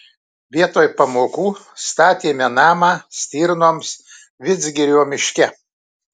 vietoj pamokų statėme namą stirnoms vidzgirio miške